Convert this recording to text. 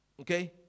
Okay